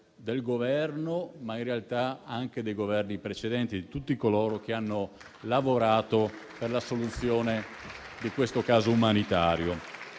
del Governo, ma in realtà anche degli Esecutivi precedenti, di tutti coloro che hanno lavorato per la soluzione di questo caso umanitario.